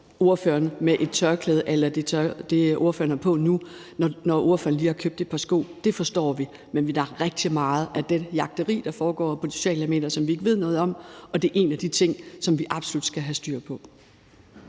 i forhold til et tørklæde eller det tøj, ordføreren har på nu, når ordføreren lige har købt et par sko? Det forstår vi. Men der er rigtig meget af den jagen rundt, der foregår på de sociale medier, som vi ikke ved noget om, og det er en af de ting, som vi absolut skal have styr på.